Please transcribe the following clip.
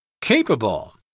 Capable